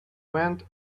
went